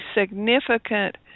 significant